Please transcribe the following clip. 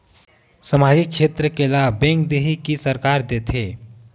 सामाजिक क्षेत्र के लाभ बैंक देही कि सरकार देथे?